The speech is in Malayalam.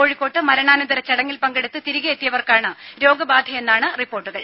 കോഴിക്കോട്ട് മരണാനന്തര ചടങ്ങിൽ പങ്കെടുത്ത് തിരികെയെത്തിയവർക്കാണ് രോഗബാധയെന്നാണ് റിപ്പോർട്ടുകൾ